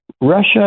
Russia